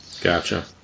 Gotcha